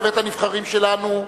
בבית-הנבחרים שלנו,